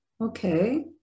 Okay